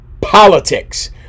politics